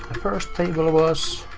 first table was